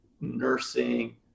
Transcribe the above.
nursing